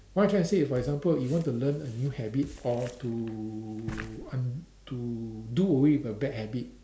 what I'm trying to say is for example if you want to learn a new habit or to un~ to do away with a bad habit